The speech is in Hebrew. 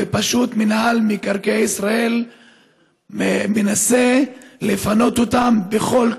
ופשוט מינהל מקרקעי ישראל מנסה לפנות אותם בכל כוח.